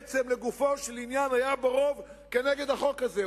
כשלגופו של עניין היה בו רוב נגד החוק הזה,